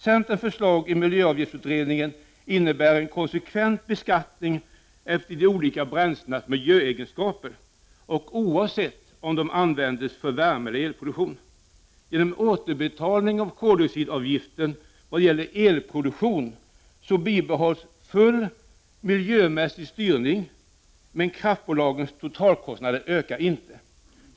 Centerns förslag i miljöavgiftsutredningen innebär en konsekvent beskattning efter de olika bränslenas miljöegenskaper, oavsett om de används för värme eller elproduktion. Genom en återbetalning av koldioxidavgifter vad gäller elproduktion bibehålls full miljömässig styrning, men kraftbolagens totalkostnader ökar inte.